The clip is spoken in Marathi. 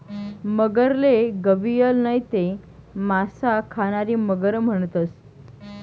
मगरले गविअल नैते मासा खानारी मगर म्हणतंस